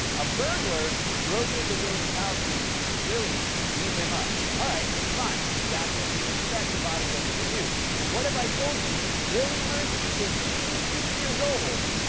a burglar broke in to willie's house recently and willie beat him up. alright, fine. that's what you would expect a bodybuilder to do. but what if i told you willie murphy is eighty two years old?